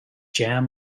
jam